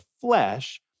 flesh